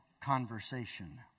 conversation